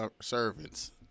servants